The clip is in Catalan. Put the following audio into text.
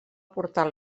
portar